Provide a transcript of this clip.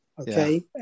Okay